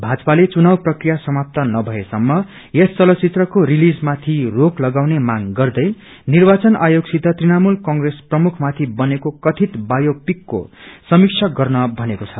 भाजपाले चुनाव प्रक्रिया समात नभए सम्म यस फिल्मको रिलीजमाथि रोक लगाउने मांग गर्दै निर्वाचवन आयोग सित तृणमूल कंग्रेस प्रमुखमाथि बनेको कथित बायोपिकको समीक्षा गर्न भनेको छ